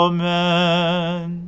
Amen